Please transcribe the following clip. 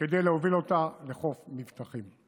כדי להוביל אותה לחוף מבטחים.